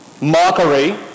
mockery